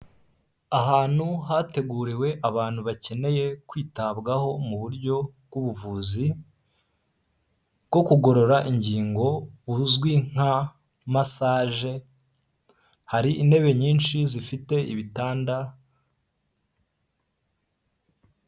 Ahantu hateguriwe abantu bakeneye kwitabwaho mu buryo bw'ubuvuzi bwo kugorora ingingo buzwi nka masaje, hari intebe nyinshi zifite ibitanda.